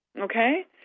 okay